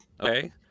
Okay